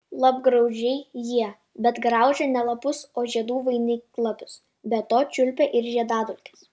lapgraužiai jie bet graužia ne lapus o žiedų vainiklapius be to čiulpia ir žiedadulkes